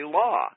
law